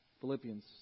Philippians